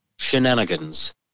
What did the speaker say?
shenanigans